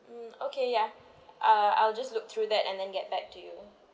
hmm okay ya uh I'll just look through that and then get back to you